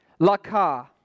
Laka